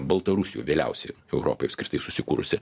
baltarusijoj vėliausiai europoj apskritai susikūrusi